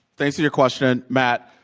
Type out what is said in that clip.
thanks for your question, matt.